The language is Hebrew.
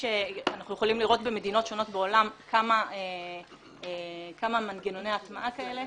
אנחנו יכולים לראות במדינות שונות בעולם כמה מנגנוני הטמעה כאלה.